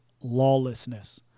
lawlessness